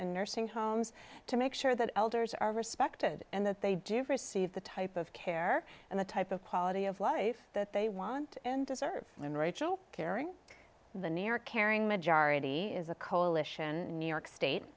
in nursing homes to make sure that elders are respected and that they do receive the type of care and the type of quality of life that they want and deserve in rachel caring the new york caring majority is a coalition new york state